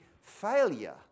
failure